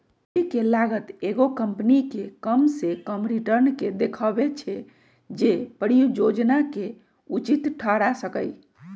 पूंजी के लागत एगो कंपनी के कम से कम रिटर्न के देखबै छै जे परिजोजना के उचित ठहरा सकइ